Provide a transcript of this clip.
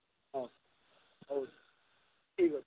ହଁ ହଉ ଠିକ୍ ଅଛି